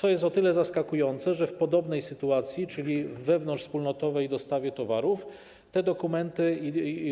To jest zaskakujące o tyle, że w podobnym przypadku, czyli w wewnątrzwspólnotowej dostawie towarów, te dokumenty